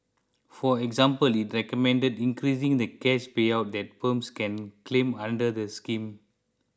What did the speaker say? for example it recommended increasing the cash payout that firms can claim under the scheme